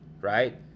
right